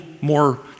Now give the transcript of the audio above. more